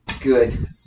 Good